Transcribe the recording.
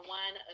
one